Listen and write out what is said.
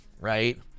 right